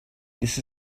this